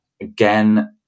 Again